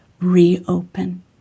reopen